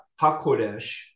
hakodesh